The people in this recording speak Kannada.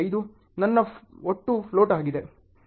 5 ನನ್ನ ಒಟ್ಟು ಫ್ಲೋಟ್ ಆಗಿದೆ